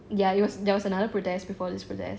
ya it was there was another protest before this protest